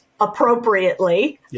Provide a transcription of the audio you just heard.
appropriately